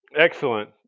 Excellent